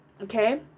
okay